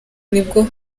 nibwo